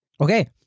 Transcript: Okay